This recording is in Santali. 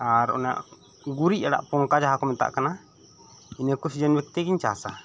ᱟᱨ ᱚᱱᱟ ᱜᱩᱨᱤᱡ ᱟᱲᱟᱜ ᱯᱚᱝᱠᱟ ᱡᱟᱦᱟ ᱠᱚ ᱢᱮᱛᱟᱜ ᱠᱟᱱᱟ ᱱᱤᱭᱟᱹ ᱠᱚ ᱥᱤᱡᱮᱱ ᱵᱷᱤᱛᱤ ᱜᱮᱧ ᱪᱟᱥᱟ